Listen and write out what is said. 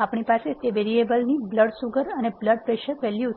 આપણી પાસે તે વેરીએબલની બ્લડ સુગર અને બ્લડ પ્રેશર વેલ્યુ છે